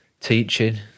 teaching